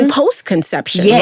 post-conception